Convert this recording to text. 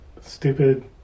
stupid